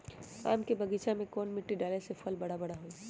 आम के बगीचा में कौन मिट्टी डाले से फल बारा बारा होई?